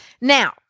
Now